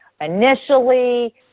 Initially